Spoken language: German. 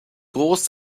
groß